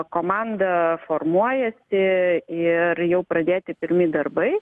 komanda formuojasi ir jau pradėti pirmi darbai